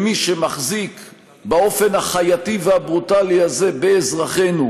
פריבילגיות למי שמחזיק באופן החייתי והברוטלי הזה באזרחינו